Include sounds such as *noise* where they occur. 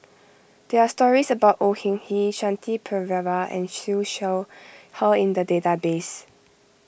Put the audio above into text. there are stories about Au Hing *unintelligible* Shanti Pereira and Siew Shaw Her in the database